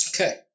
Okay